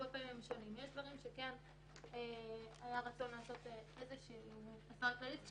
שכן היה רצון לעשות איזו שהיא הנחיה כללית.